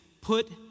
Put